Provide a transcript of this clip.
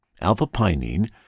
alpha-pinene